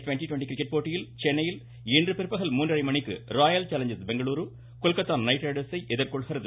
twenty twenty cricket போட்டியில் சென்னையில் இன்று பிற்பகல் மூன்றரை மணிக்கு ராயல் சேலஞ்சா்ஸ் பெங்களூரு கொல்கத்தா நைட்ரைடர்ஸை எதிர்கொள்கிறது